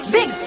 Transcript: Big